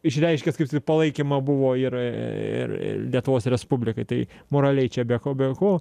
išreiškęs kaip palaikymą buvo ir e lietuvos respublikai tai moraliai čia be ko bet ko